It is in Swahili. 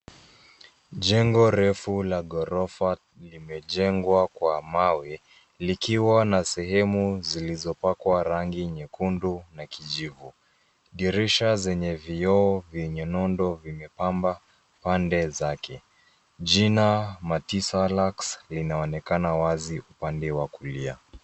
Jengo refu la ghorofa limejengwa kwa mawe likiwa na sehemu zilizopakwa rangi nyekundu na kijivu. Dirisha zenye vioo vyenye nondo vimapamba pande zake. Jina Matii Salaks linaonekana wazi upande wa kulia.